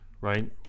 right